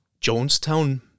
Jonestown